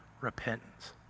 repentance